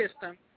system